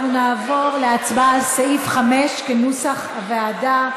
אנחנו נעבור להצבעה על סעיף 5, כנוסח הוועדה.